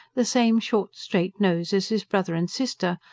the same short, straight nose as his brother and sister,